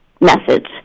message